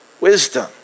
wisdom